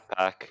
backpack